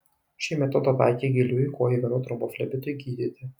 šį metodą taikė giliųjų kojų venų tromboflebitui gydyti